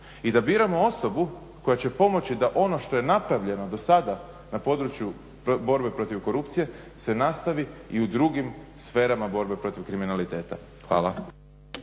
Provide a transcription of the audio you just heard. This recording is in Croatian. i da biramo osobu koja će pomoći da ono što je napravljeno dosada na području borbe protiv korupcije se nastavi i u drugim sferama borbe protiv kriminaliteta. Hvala.